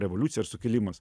revoliucija ar sukilimas